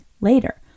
later